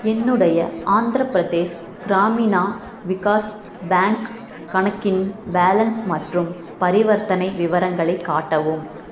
என்னுடைய ஆந்திரப் பிரதேஷ் கிராமினா விகாஸ் பேங்க் கணக்கின் பேலன்ஸ் மற்றும் பரிவர்த்தனை விவரங்களைக் காட்டவும்